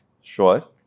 Sure